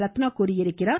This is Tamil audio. ரத்னா தெரிவித்துள்ளார்